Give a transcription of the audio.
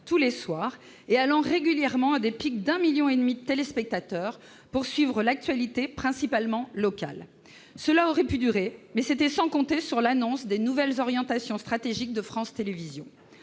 tous les soirs, avec, régulièrement, des pics de 1,5 million de téléspectateurs, pour suivre l'actualité, principalement locale. Cette situation aurait pu durer, mais c'était sans compter sur l'annonce des nouvelles orientations stratégiques de France Télévisions.